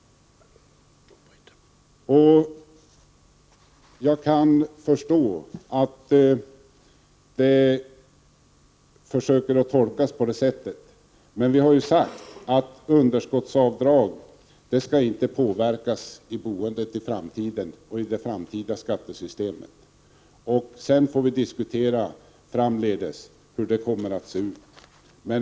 Jag kan förstå att man försöker tolka det på det sättet, men vi har ju sagt att underskottsavdraget inte skall påverkas av boendet i framtiden och av det framtida skattesystemet. Framdeles får vi sedan diskutera hur det kommer att se ut.